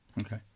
Okay